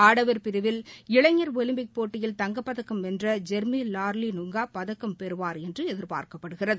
ஆடவர் பிரிவில் இளைஞர் ஒலிம்பிக் போட்டியில் தங்கப்தக்கம் வென்ற ஜெர்மி வால்ரி னுங்கா பதக்கம் பெறுவாா் என்று எதிர்பார்க்கப்படுகிறது